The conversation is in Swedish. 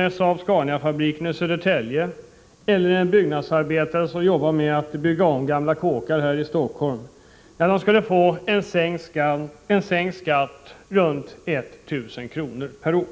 Saab-Scania i Södertälje eller byggnadsarbetaren som jobbar med att bygga om gamla kåkar här i Stockholm skulle få en sänkning av skatten med omkring 1 000 kr. per år.